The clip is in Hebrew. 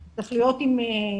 זה צריך להיות עם רמה.